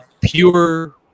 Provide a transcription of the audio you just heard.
pure